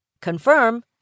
Confirm